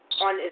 on